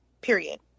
period